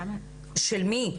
של מי?